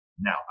Now